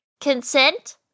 Consent